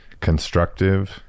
constructive